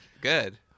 Good